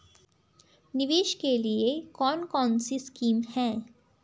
निवेश के लिए कौन कौनसी स्कीम हैं?